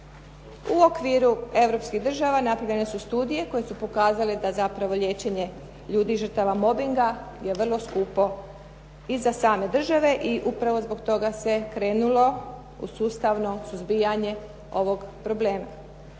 U okviru europskih država napravljene su studije koje su pokazale da zapravo liječenje ljudi žrtava mobinga je vrlo skupo i za same države i upravo zbog toga se krenulo u sustavno suzbijanje ovog problema.